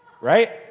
Right